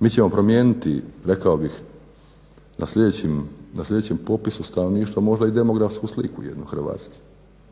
mi ćemo promijeniti rekao bih na sljedećem popisu stanovništva možda i demografsku sliku jednu Hrvatske